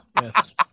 Yes